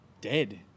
dead